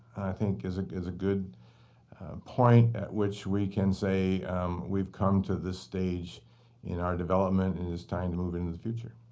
think is is a good point at which we can say we've come to this stage in our development, and it is time to move into the future.